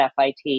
FIT